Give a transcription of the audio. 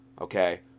Okay